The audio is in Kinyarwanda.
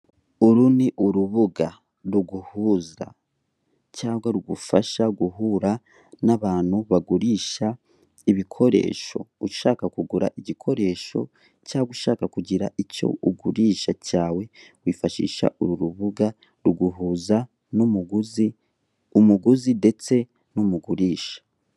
Uru ni urubuga ruguhuza cyangwa rugufasha guhura n'abantu bagurisha ibikoresho, ushaka kugura igikoresho cyangwa ushaka kugira icyo ugurisha cyawe. Wifashisha uru rubuga ruguhuza n'umuguzi, umuguzi ndetse n'umugurisha.